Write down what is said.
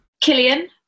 Killian